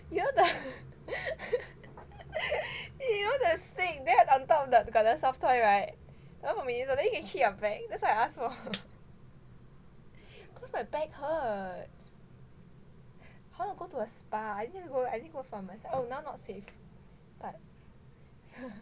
you know the you know the stick then on top of the got the soft toy [right] the one from Miniso then can hit your back that's what I ask for cause my back hurts how to go to a spa I need to go I need to go for massage oh now not safe but